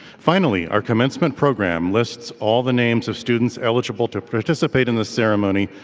finally, our commencement program lists all the names of students eligible to participate in the ceremony,